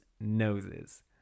noses